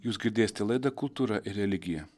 jūs girdėsite laidą kultūra ir religija